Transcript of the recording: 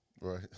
Right